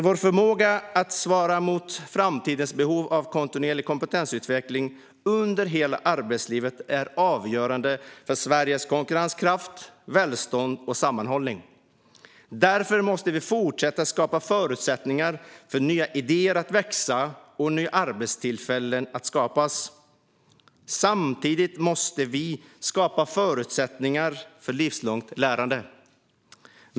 Vår förmåga att svara upp mot framtidens behov av kontinuerlig kompetensutveckling under hela arbetslivet är avgörande för Sveriges konkurrenskraft, välstånd och sammanhållning. Därför måste vi fortsätta skapa förutsättningar för nya idéer att växa och nya arbetstillfällen att skapas. Samtidigt måste vi skapa förutsättningar för livslångt lärande.